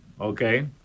Okay